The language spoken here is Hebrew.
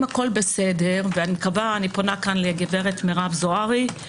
אני פונה כאן לגברת מרב זוהרי,